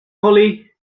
hollie